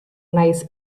nahiz